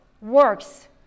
works